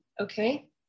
okay